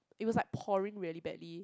it was like pouring really badly